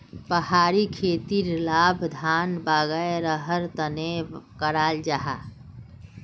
पहाड़ी खेतीर लाभ धान वागैरहर तने कराल जाहा